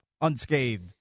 Unscathed